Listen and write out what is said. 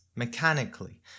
mechanically